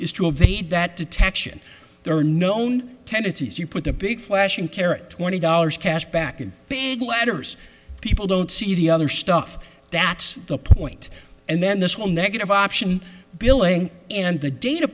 evade that detection there are known tendencies you put the big flashing carrot twenty dollars cash back in big letters people don't see the other stuff that's the point and then this one negative option billing and the data